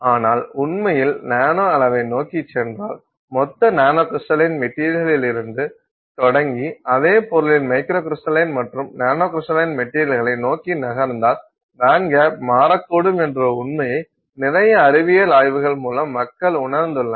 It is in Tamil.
ஆனால் உண்மையில் நானோ அளவை நோக்கிச் சென்றால் மொத்த மேக்ரோகிரிஸ்டலின் மெட்டீரியல்களிலிருந்து தொடங்கி அதே பொருளின் மைக்ரோகிரிஸ்டலின் மற்றும் நானோகிரிஸ்டலின் மெட்டீரியல்களை நோக்கி நகர்ந்தால் பேண்ட்கேப் மாறக்கூடும் என்ற உண்மையை நிறைய அறிவியல் ஆய்வுகள் மூலம் மக்கள் உணர்ந்துள்ளனர்